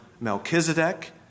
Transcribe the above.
Melchizedek